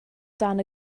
dan